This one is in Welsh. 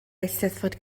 eisteddfod